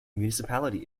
municipality